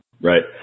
right